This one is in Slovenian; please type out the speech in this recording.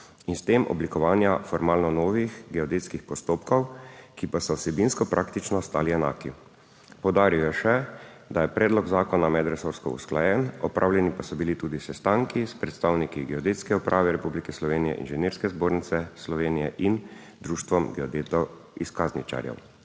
in s tem oblikovanja formalno novih geodetskih postopkov, ki pa so vsebinsko praktično ostali enaki. Poudaril je še, da je predlog zakona medresorsko usklajen, opravljeni pa so bili tudi sestanki s predstavniki Geodetske uprave Republike Slovenije, Inženirske zbornice Slovenije in Društvom geodetov izkazničarjev.